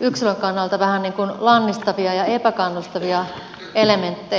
yksilön kannalta vähän niin kuin lannistavia ja epäkannustavia elementtejä